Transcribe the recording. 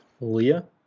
Leah